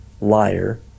liar